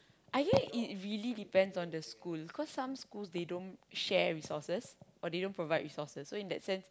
I think it it really depends on the school cause some schools they don't share resources or they don't provide resources so in that sense